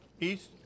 East